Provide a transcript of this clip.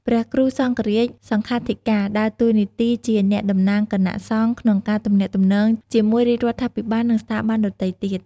ព្រះគ្រូសង្ឃរាជ/សង្ឃាធិការ ដើរតួនាទីជាអ្នកតំណាងគណៈសង្ឃក្នុងការទំនាក់ទំនងជាមួយរាជរដ្ឋាភិបាល និងស្ថាប័នដទៃទៀត។